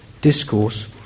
discourse